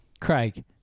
Craig